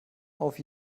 auf